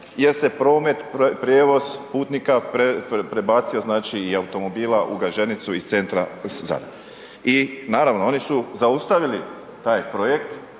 jer se promet, prijevoz putnika prebacio znači i automobila u Gaženicu iz centra Zadra. I naravno oni su zaustavili taj projekt,